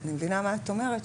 אני מבינה מה את אומרת,